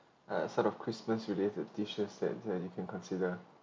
uh sort of christmas relate to dishes that you can consider